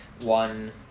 one